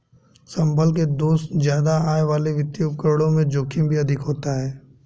संभल के दोस्त ज्यादा आय वाले वित्तीय उपकरणों में जोखिम भी अधिक होता है